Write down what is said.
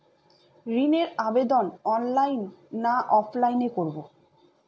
ঋণের আবেদন অনলাইন না অফলাইনে করব?